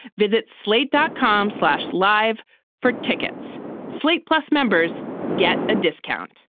visit slate dot com slash live for tickets slate plus members get a discount.